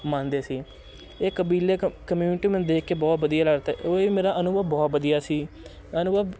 ਮੰਨਦੇ ਸੀ ਇਹ ਕਬੀਲੇ ਕ ਕਮਿਊਨਿਟੀ ਮੈਨੂੰ ਦੇਖ ਕੇ ਬਹੁਤ ਵਧੀਆ ਲੱਗਦਾ ਤਾ ਉਹ ਇਹ ਮੇਰਾ ਅਨੁਭਵ ਬਹੁਤ ਵਧੀਆ ਸੀ ਅਨੁਭਵ